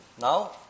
now